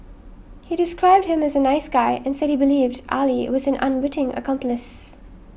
he described him as a nice guy and said he believed Ali was an unwitting accomplice